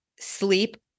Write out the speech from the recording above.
sleep